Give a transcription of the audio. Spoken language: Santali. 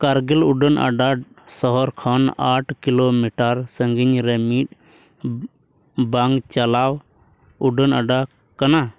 ᱠᱟᱨᱜᱤᱞ ᱩᱰᱟᱹᱱ ᱟᱰᱟ ᱥᱟᱦᱟᱨ ᱠᱷᱚᱱ ᱟᱴ ᱠᱤᱞᱳᱢᱤᱴᱟᱨ ᱥᱟᱺᱜᱤᱧᱨᱮ ᱢᱤᱫ ᱵᱟᱝ ᱪᱟᱞᱟᱣ ᱩᱰᱟᱹᱱ ᱟᱰᱟ ᱠᱟᱱᱟ